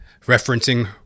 referencing